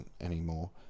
anymore